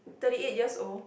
thirty eight years old